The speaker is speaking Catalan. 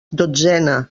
dotzena